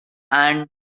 and